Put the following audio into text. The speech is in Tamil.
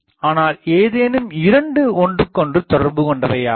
ஆனால் ஏதேனும் இரண்டு ஒன்றுக்கொன்று தொடர்பு கொண்டவையாகும்